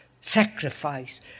sacrifice